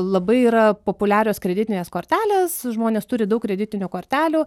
labai yra populiarios kreditinės kortelės žmonės turi daug kreditinių kortelių